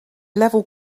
level